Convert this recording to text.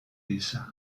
gisa